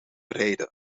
rijden